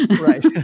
Right